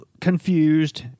confused